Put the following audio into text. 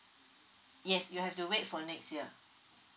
yes you have to wait for next year